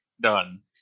Done